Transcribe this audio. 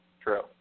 True